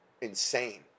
insane